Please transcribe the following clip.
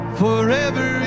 forever